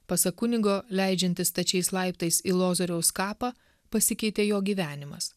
pasak kunigo leidžiantis stačiais laiptais į lozoriaus kapą pasikeitė jo gyvenimas